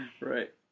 Right